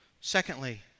Secondly